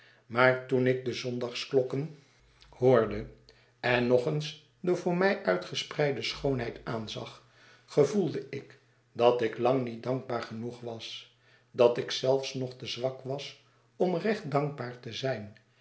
maar toen ik de zondagsklokken hoorgroote verwachtingen de en nog eens de voor mij uitgespreide schoonheid aanzag gevoelde ik datiklangnietdankbaar genoeg was dat ik zelfs nog te zwak was om recht dankbaar te zijn